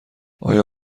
آیا